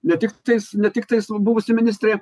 ne tiktais ne tiktais buvusė ministrė